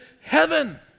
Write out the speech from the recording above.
heaven